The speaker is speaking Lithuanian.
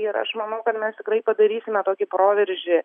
ir aš manau kad mes tikrai padarysime tokį proveržį